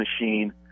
machine